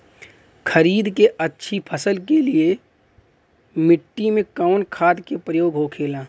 खरीद के अच्छी फसल के लिए मिट्टी में कवन खाद के प्रयोग होखेला?